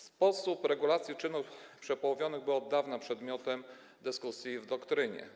Sposób regulacji czynów przepołowionych był od dawna przedmiotem dyskusji w doktrynie.